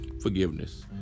Forgiveness